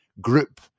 group